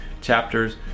chapters